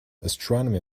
astronomy